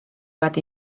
bat